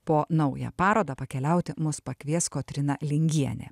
po naują parodą pakeliauti mus pakvies kotryna lingienė